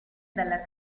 dalla